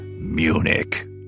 Munich